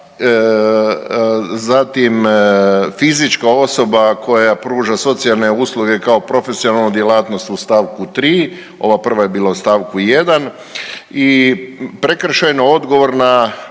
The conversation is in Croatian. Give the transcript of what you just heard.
osoba, zatim fizička osoba koja pruža socijalne usluge kao profesionalnu djelatnost u stavku 3., ova prva je bila u stavku 1. i prekršajno odgovorna